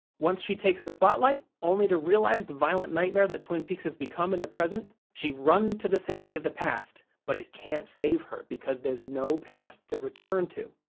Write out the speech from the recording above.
once she takes the spotlight, only to realize the violent nightmare that twin peaks has become in the present, she runs to the safety of the past, but it can't save her because there's no past to return to.